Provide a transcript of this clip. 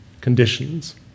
conditions